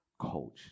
coach